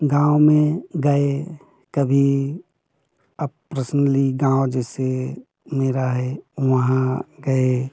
गाँव में गए कभी अब प्रसनली गाँव जैसे मेरा है वहाँ गए